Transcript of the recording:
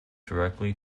directly